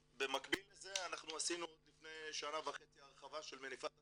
במקביל לזה עשינו עוד לפני שנה וחצי הרחבה של מניפת הסיועים,